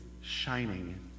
shining